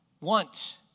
want